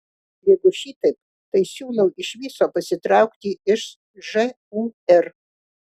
jeigu šitaip tai siūlau iš viso pasitraukti iš žūr